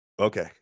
Okay